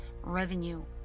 revenue